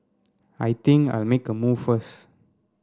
I think I'll make a move first